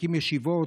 מחזיקים ישיבות,